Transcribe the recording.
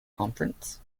conference